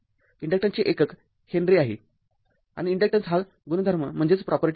इंडक्टन्सचे एकक हेनरी आहे आणि इंडक्टन्स हा गुणधर्म आहे